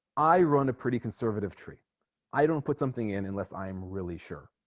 i run a pretty conservative tree i don't put something in unless i'm really sure